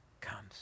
comes